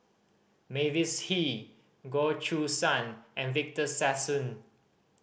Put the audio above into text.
Mavis Hee Goh Choo San and Victor Sassoon